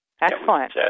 Excellent